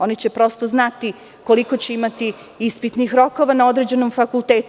Oni će prosto znati koliko će imati ispitnih rokova na određenom fakultetu.